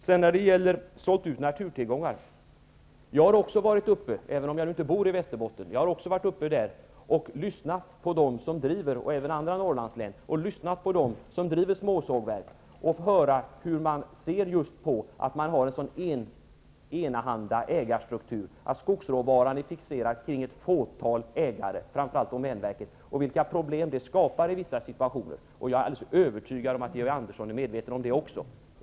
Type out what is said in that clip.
Beträffande utförsäljning av naturtillgångar: Jag har varit uppe i Västerbotten och i andra Norrlandslän, även om jag inte bor där, och lyssnat på dem som driver små sågverk för att få veta hur de ser på den något enahanda ägarstrukturen, att skogsråvaran är fixead kring ett fåtal ägare, framför allt domänverket, och vilka prolem det skapar i vissa situationer. Jag är alldeles övertygad om att Georg Andersson är medveten om det.